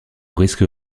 risque